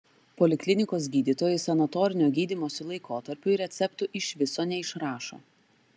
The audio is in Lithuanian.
poliklinikos gydytojai sanatorinio gydymosi laikotarpiui receptų iš viso neišrašo